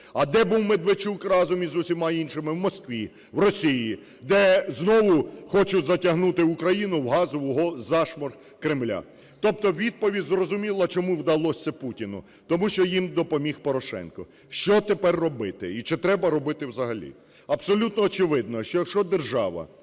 А де був Медведчук разом із усіма іншими? В Москві, в Росії, де знову хочуть затягнути Україну в газовий зашморг Кремля. Тобто відповідь зрозуміла, чому вдалось це Путіну. Тому що їм допоміг Порошенко. Що тепер робити? І чи треба робити взагалі? Абсолютно очевидно, що якщо держава,